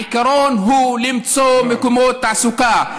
העיקרון הוא למצוא מקומות תעסוקה,